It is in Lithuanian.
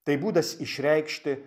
tai būdas išreikšti